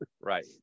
right